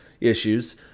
issues